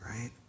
right